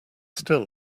still